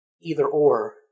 either-or